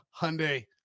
Hyundai